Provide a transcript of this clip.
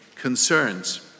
concerns